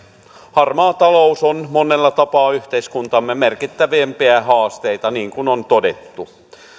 harmaa talous on monella tapaa yhteiskuntamme merkittävimpiä haasteita niin kuin on todettu